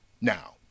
Now